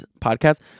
podcast